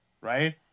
right